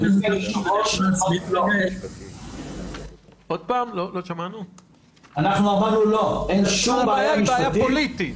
הוא גם לא אמר הבעיה פוליטית.